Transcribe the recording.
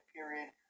Period